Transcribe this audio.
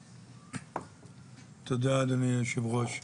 תודה אדוני היושב-ראש.